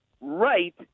right